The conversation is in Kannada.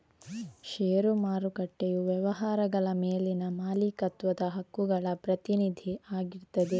ಷೇರು ಮಾರುಕಟ್ಟೆಯು ವ್ಯವಹಾರಗಳ ಮೇಲಿನ ಮಾಲೀಕತ್ವದ ಹಕ್ಕುಗಳ ಪ್ರತಿನಿಧಿ ಆಗಿರ್ತದೆ